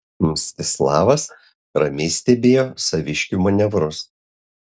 mstislavas ramiai stebėjo saviškių manevrus